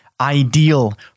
ideal